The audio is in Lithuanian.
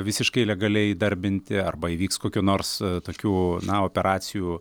visiškai legaliai įdarbinti arba įvyks kokių nors tokių na operacijų